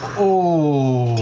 oh.